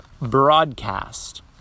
broadcast